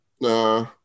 Nah